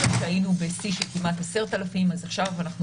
אחרי שהיינו בשיא של כמעט 10,000. אז עכשיו אנחנו